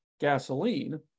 gasoline